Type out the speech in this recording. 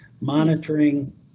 monitoring